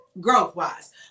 growth-wise